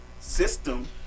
system